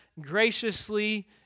graciously